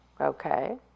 okay